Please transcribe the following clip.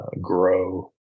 grow